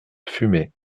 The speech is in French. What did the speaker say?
fumay